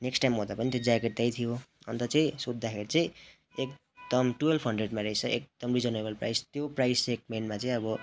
next time आउँदा पनि त्यो ज्याकेट त्यहीँ थियो अन्त चाहिँ सोध्दाखेरि चाहिँ एकदम टुएल्भ हन्ड्रेडमा रहेछ एकदम रिजनेबल प्राइज त्यो प्राइज सेगमेन्टमा चाहिँ अब